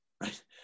right